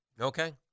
Okay